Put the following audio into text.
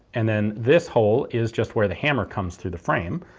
and then this hole is just where the hammer comes through the frame.